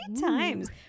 times